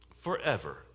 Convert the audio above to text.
forever